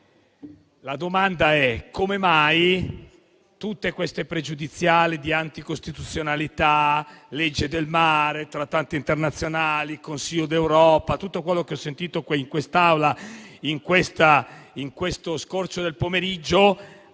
la domanda è: come mai tutte queste pregiudiziali di costituzionalità, legge del mare, trattati internazionali, Consiglio d'Europa, tutto quello che ho sentito in quest'Aula in questo scorcio di pomeriggio